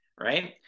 right